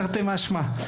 תרתי משמע,